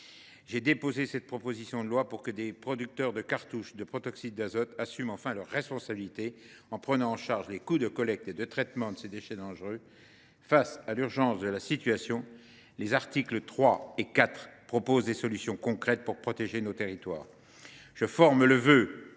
J’ai déposé cette proposition de loi afin que les producteurs de cartouches de protoxyde d’azote assument enfin les leurs, en prenant en charge les coûts de collecte et de traitement de ces déchets dangereux. Face à l’urgence de la situation, les articles 3 et 4 prévoient des solutions concrètes pour protéger nos territoires. Je forme le vœu